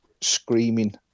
screaming